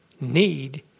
need